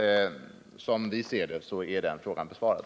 Som vi ser det är alltså den frågan besvarad.